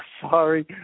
sorry